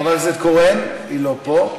חברת הכנסת קורן, היא לא פה.